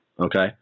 Okay